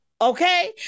Okay